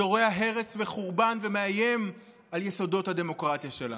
זורע הרס וחורבן ומאיים על יסודות הדמוקרטיה שלנו.